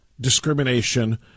discrimination